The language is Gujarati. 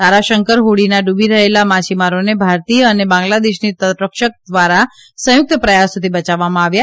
તારાશંકર હોડીના ડુબી રહેલા માછીમારોને ભારતીય અને બાંગ્લાદેશી તટરક્ષક દ્વારા સંયુકત પ્રયાસોથી બચાવવામાં આવ્યા